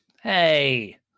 hey